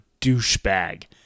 douchebag